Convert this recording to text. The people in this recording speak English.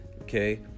okay